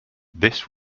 this